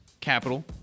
capital